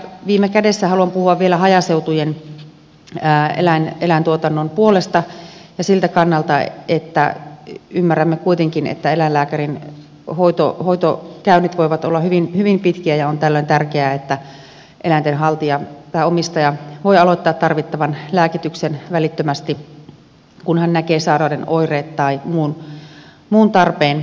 viime kädessä haluan puhua vielä hajaseutujen eläintuotannon puolesta siltä kannalta että ymmärrämme kuitenkin että eläinlääkärin hoitokäynnit voivat olla hyvin pitkiä ja on tällöin tärkeää että eläinten haltija tai omistaja voi aloittaa tarvittavan lääkityksen välittömästi kun hän näkee sairauden oireet tai muun tarpeen